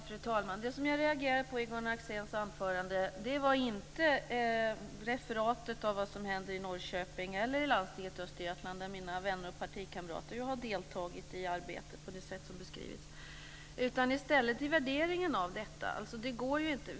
Fru talman! Det som jag reagerade på i Gunnar Axéns anförande var inte referatet av vad som hände i Norrköping eller i Östergötlands landsting där mina vänner och partikamrater ju har deltagit i arbetet på det sätt som beskrivits utan i stället på värderingen av detta.